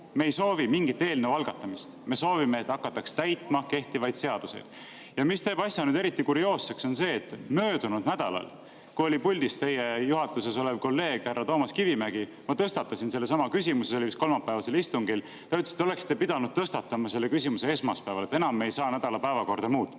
Me ei soovi mingit eelnõu algatamist, me soovime, et hakataks täitma kehtivaid seadusi. Asja teeb eriti kurioosseks see, et möödunud nädalal, kui oli puldis teie juhatuses olev kolleeg härra Toomas Kivimägi, ma tõstatasin sellesama küsimuse. See oli vist kolmapäevasel istungil ja ta ütles, et te oleksite pidanud tõstatama selle küsimuse esmaspäeval, et enam me ei saa nädala päevakorda muuta.